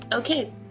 Okay